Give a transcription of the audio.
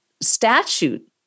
statute